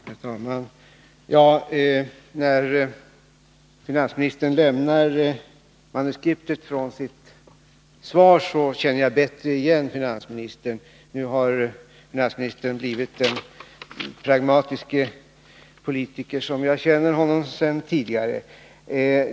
Herr talman! När finansministern nu lämnar det skrivna svaret känner jag bättre igen honom. Nu har finansministern blivit den pragmatiske politiker som jag känner honom som sedan tidigare.